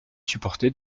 supporter